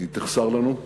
היא תחסר לנו,